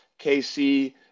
KC